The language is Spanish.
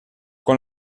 con